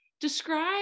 describe